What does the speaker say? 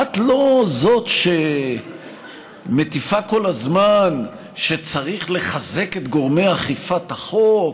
את לא זאת שמטיפה כל הזמן שצריך לחזק את גורמי אכיפת החוק?